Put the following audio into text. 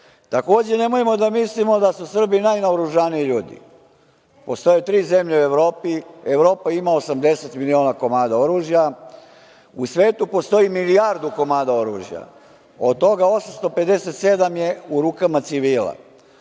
vojska. Takođe, nemojmo da mislimo da su Srbi najnaoružaniji ljudi. Postoje tri zemlje u Evropi, Evropa ima 80 milion komada oružja. U svetu postoji milijardu komada oružja, od toga 857 je u rukama civila.